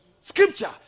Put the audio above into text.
scripture